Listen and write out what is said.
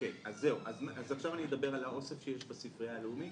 אז עכשיו אני אדבר על האוסף שיש בספרייה הלאומית.